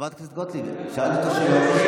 חברת הכנסת גוטליב, שאלת אותו שאלה.